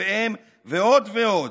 וקרוביהם ועוד ועוד.